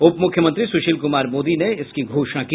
उप मुख्यमंत्री सुशील कुमार मोदी ने इसकी घोषणा की